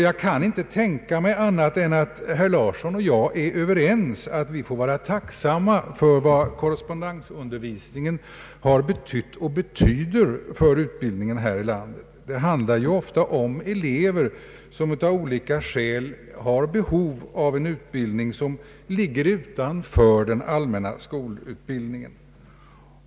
Jag kan inte tänka mig annat än att herr Larsson och jag är överens om att vi får vara tacksamma för vad korrespondensundervisningen har betytt och betyder för utbildningen här i landet. Det handlar ju ofta om elever, vilka av olika skäl har behov av en utbildning som ligger utanför den allmänna skolutbildningen.